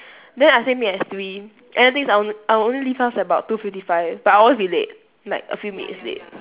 then I say meet at three and the thing is I'll I'll only leave house at about two fifty five but I'll always be late like a few minutes late